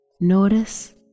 Notice